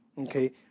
okay